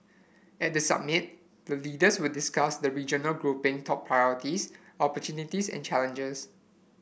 at the summit the leaders will discuss the regional grouping top priorities opportunities and challenges